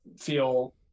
feel